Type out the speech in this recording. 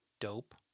dope